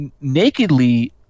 nakedly